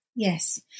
Yes